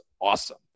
awesome